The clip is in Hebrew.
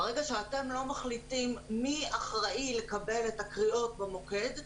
ברגע שאתם לא מחליטים מי אחראי לקבל את הקריאות במוקד,